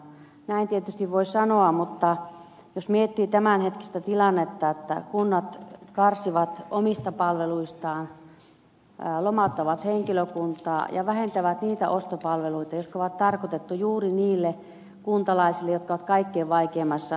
näin tietysti voi sanoa mutta voi miettiä tämänhetkistä tilannetta että kunnat karsivat omista palveluistaan lomauttavat henkilökuntaa ja vähentävät niitä ostopalveluita jotka on tarkoitettu juuri niille kuntalaisille jotka ovat kaikkein vaikeimmassa tilanteessa